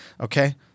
okay